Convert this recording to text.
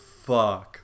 fuck